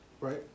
Right